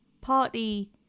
Party